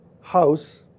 house